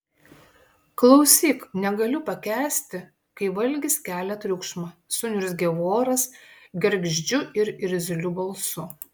klausyk negaliu pakęsti kai valgis kelia triukšmą suniurzgė voras gergždžiu ir irzliu balsu